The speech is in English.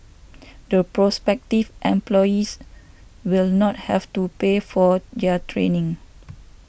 the prospective employees will not have to pay for their training